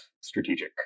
strategic